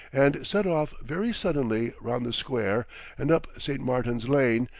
and set off very suddenly round the square and up st. martin's lane,